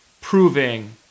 proving